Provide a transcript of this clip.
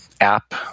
app